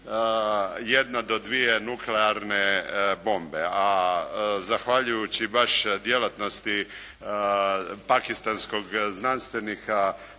jedna do dvije nuklearne bombe, a zahvaljujući baš djelatnosti pakistanskog znanstvenika